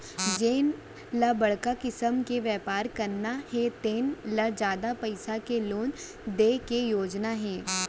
जेन ल बड़का किसम के बेपार करना हे तेन ल जादा पइसा के लोन दे के योजना हे